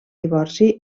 divorci